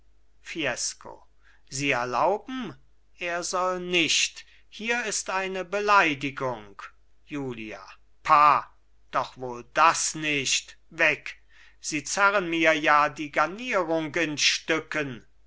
fiesco sie erlauben er soll nicht hier ist eine beleidigung julia pah doch wohl das nicht weg sie zerren mir ja die garnierung in stücken